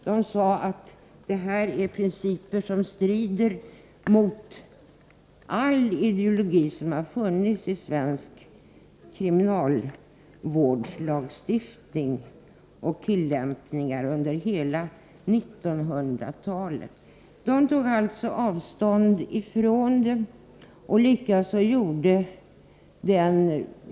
De sade att det handlade om principer som stred mot all ideologi som funnits i svensk kriminalvårdslagstiftning under hela 1900-talet.